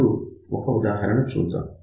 ఇప్పుడు ఒక ఉదాహరణ చూద్దాం